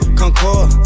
concord